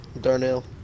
Darnell